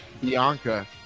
Bianca